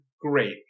great